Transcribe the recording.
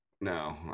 no